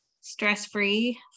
stress-free